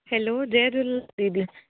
hello जय झूलेलाल दीदी